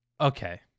Okay